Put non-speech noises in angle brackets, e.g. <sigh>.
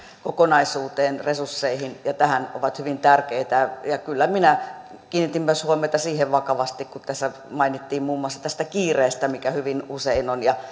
kokonaisuuteen resursseihin ja tähän ovat hyvin tärkeitä kyllä minä kiinnitin vakavasti huomiota myös siihen kun tässä mainittiin muun muassa kiireestä mikä hyvin usein on ja <unintelligible>